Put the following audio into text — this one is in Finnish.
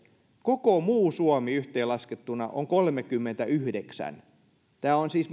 koko muu suomi yhteenlaskettuna on kolmekymmentäyhdeksän tämä on siis